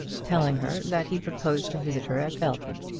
telling her that he proposed to visit her at belton.